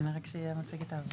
(הצגת מצגת)